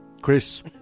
Chris